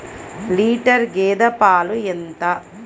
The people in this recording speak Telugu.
లీటర్ గేదె పాలు ఎంత?